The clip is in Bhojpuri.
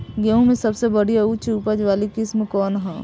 गेहूं में सबसे बढ़िया उच्च उपज वाली किस्म कौन ह?